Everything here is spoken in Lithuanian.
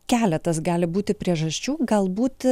keletas gali būti priežasčių galbūt